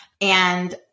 And-